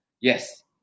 Yes